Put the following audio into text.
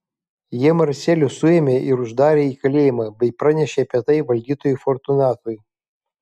jie marcelių suėmė ir uždarė į kalėjimą bei pranešė apie tai valdytojui fortunatui